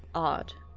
odd.